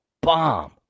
bomb